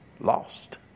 Lost